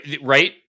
right